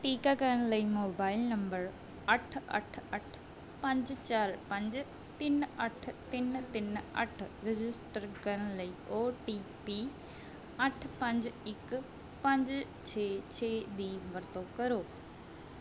ਟੀਕਾਕਰਨ ਲਈ mobile number ਅੱਠ ਅੱਠ ਅੱਠ ਪੰਜ ਚਾਰ ਪੰਜ ਤਿੰਨ ਅੱਠ ਤਿੰਨ ਤਿੰਨ ਅੱਠ ਰਜਿਸਟਰ ਕਰਨ ਲਈ ਔ ਟੀ ਪੀ ਅੱਠ ਪੰਜ ਇੱਕ ਪੰਜ ਛੇ ਛੇ ਦੀ ਵਰਤੋਂ ਕਰੋ